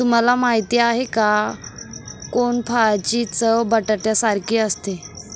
तुम्हाला माहिती आहे का? कोनफळाची चव बटाट्यासारखी असते